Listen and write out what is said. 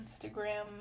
Instagram